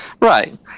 Right